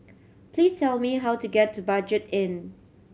please tell me how to get to Budget Inn